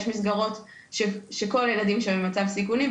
יש מסגרות שכל הילדים שם במצב סיכוני,